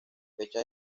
fecha